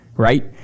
Right